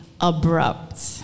abrupt